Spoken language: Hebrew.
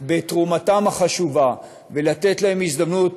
בתרומתם החשובה ולתת להם הזדמנות